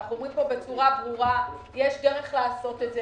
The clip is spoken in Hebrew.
אנחנו אומרים פה בצורה ברורה שיש דרך לעשות את זה.